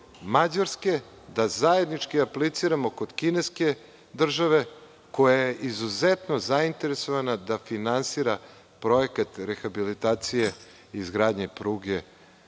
Mađarske da zajednički apliciramo kod kineske države koja je izuzetno zainteresovana da finansira projekat rehabilitacije izgradnje pruge